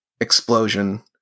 explosion